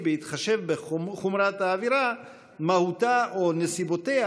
החסינות המהותית.